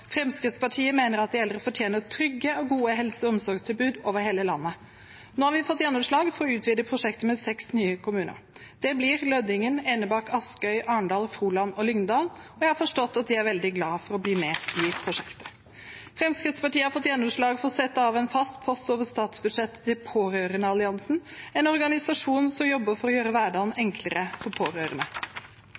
Fremskrittspartiet mener at de eldre fortjener trygge og gode helse- og omsorgstilbud over hele landet. Nå har vi fått gjennomslag for å utvide prosjektet med seks nye kommuner. Det blir Lødingen, Enebakk, Askøy, Arendal, Froland og Lyngdal, og jeg har forstått at de er veldig glad for å bli med i prosjektet. Fremskrittspartiet har fått gjennomslag for å sette av en fast post over statsbudsjettet til Pårørendealliansen, en organisasjon som jobber for å gjøre hverdagen enklere for pårørende.